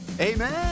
amen